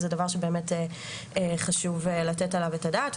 וזה דבר שבאמת חשוב לתת עליו את הדעת,